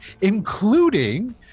including